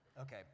okay